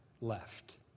left